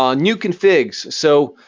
um new configs. so,